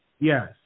Yes